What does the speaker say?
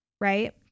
right